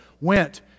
went